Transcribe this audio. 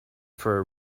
for